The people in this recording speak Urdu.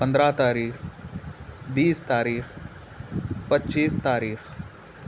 پندرہ تاریخ بیس تاریخ پچیس تاریخ